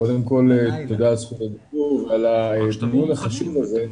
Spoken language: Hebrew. קודם כל תודה על זכות הדיבור ועל הדיון החשוב הזה.